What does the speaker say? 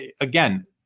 again